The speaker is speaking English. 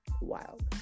Wild